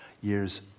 years